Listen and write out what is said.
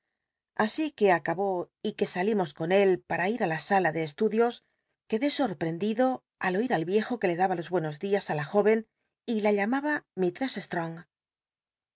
así que acabó y que salimos con él para ir ü la sala ele estudios quedé sorprendido al oir al viejo que le daba los buenos días ü la jóyen y la llamaba